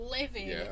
living